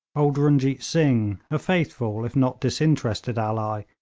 old runjeet singh, a faithful if not disinterested ally,